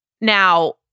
Now